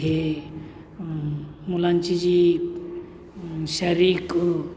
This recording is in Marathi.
हे मुलांची जी शारीरिक